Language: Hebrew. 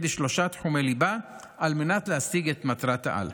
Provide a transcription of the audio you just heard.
בשלושה תחומי ליבה על מנת להשיג את מטרת-העל: